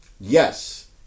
Yes